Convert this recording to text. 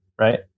right